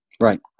Right